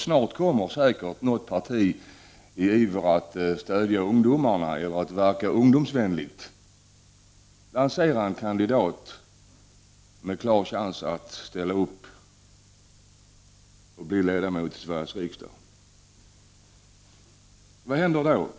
Snart kommer säkert något parti, i ivern att stödja ungdomarna eller för att verka ungdomsvänligt, att lansera en kandidat med klar chans att bli ledamot i Sveriges riksdag. Vad händer då?